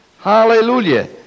Hallelujah